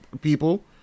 people